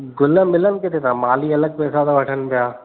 गुल मिलनि किथे था माली अलॻि पैसा था वठनि पिया